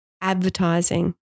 advertising